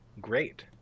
Great